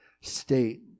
state